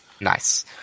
Nice